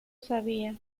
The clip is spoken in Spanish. sabía